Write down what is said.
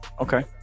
Okay